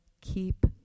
keep